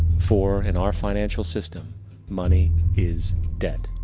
for in our financial system money is debt,